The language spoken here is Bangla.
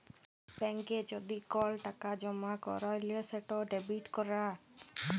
ব্যাংকে যদি কল টাকা জমা ক্যইরলে সেট ডেবিট ক্যরা